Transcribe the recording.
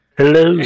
Hello